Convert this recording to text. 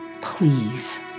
Please